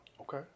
Okay